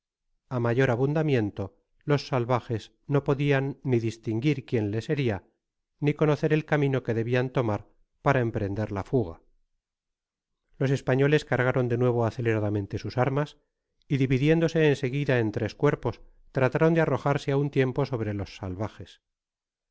á mayor abundamiento loa salvajes no podian ai distinguir quién les beria ni conocer el camino que debian tomar para emprender la fuga los españoles cargaron de nuevo aceleradamente sus armas y dividéndose en seguida en tres cuerpos trataron de arrojarse á un tiempo sobre los salvajes